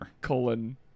colon